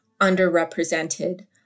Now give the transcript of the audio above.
underrepresented